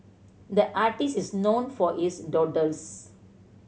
the artist is known for his doodles